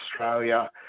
Australia